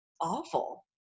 awful